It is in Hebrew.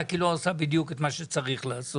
רק היא לא עושה בדיוק את מה שצריך לעשות.